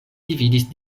dividis